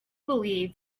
believe